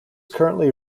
currently